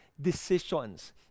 decisions